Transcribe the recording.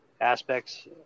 aspects